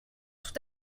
tout